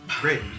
Great